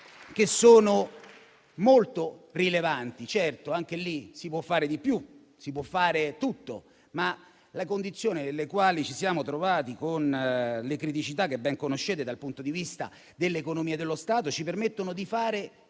molto rilevanti. Certo, anche in quel caso si può fare di più, si può fare tutto, ma le condizioni nelle quali ci siamo trovati, con le criticità che ben conoscete dal punto di vista dell'economia dello Stato, ci permettono di fare